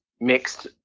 mixed